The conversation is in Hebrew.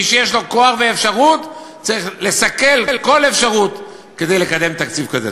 מי שיש לו כוח ואפשרות צריך לסכל כל אפשרות לקדם תקציב כזה.